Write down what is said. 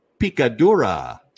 Picadura